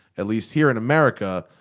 at least here in america,